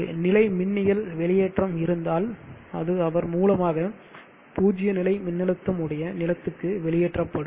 ஒரு நிலைமின்னியல் வெளியேற்றம் இருந்தால் அது அவர் மூலமாக பூஜ்ய நிலை மின்னழுத்தம் உடைய நிலத்துக்கு வெளியேற்றப்படும்